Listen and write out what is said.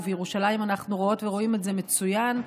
ובירושלים אנחנו רואות ורואים את זה מצוין,